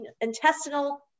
intestinal